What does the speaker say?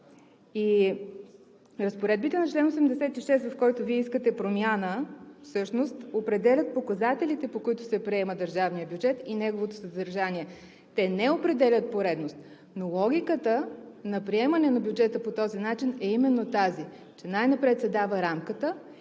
разпоредбите на чл. 86, в който Вие искате промяна, всъщност определят показателите, по които се приема държавният бюджет и неговото съдържание. Те не определят поредност. Но логиката на приемане на бюджета по този начин е именно тази, че най-напред се дава рамката.